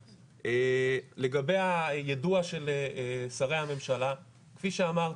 לגבי היידוע של שרי הממשלה, כפי שאמרתי,